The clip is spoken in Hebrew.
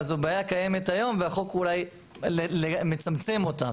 זו בעיה קיימת היום והחוק אולי מצמצם אותה.